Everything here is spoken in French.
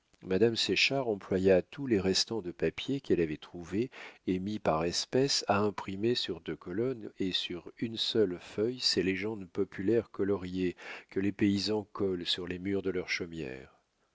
madame séchard employa tous les restants de papiers qu'elle avait trouvés et mis par espèces à imprimer sur deux colonnes et sur une seule feuille ces légendes populaires coloriées que les paysans collent sur les murs de leurs chaumières